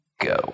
go